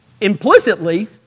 implicitly